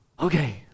Okay